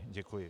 Děkuji.